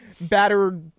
battered